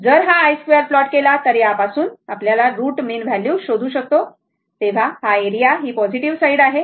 जर हा i 2 plot केला तर यापासून जेव्हा आपण रूट मिन व्हॅल्यू शोधतो तेव्हा हा एरिया ही पॉझिटिव्ह साईड आहे